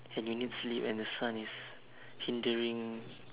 and you need sleep and the sun is hindering